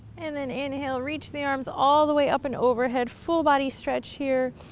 and then inhale, reach the arms all the way up and overhead, full body stretch here,